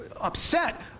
upset